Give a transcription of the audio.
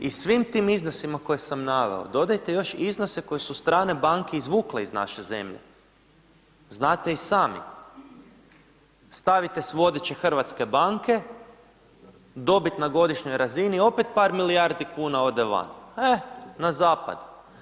I svim tim iznosima koje sam naveo dodajte još iznose koje su strane banke izvukle iz naše zemlje, znate i sami stavite si vodeće hrvatske banke, dobit na godišnjoj razini opet par milijardi kuna ode van, e na zapad.